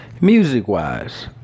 Music-wise